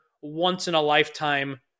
once-in-a-lifetime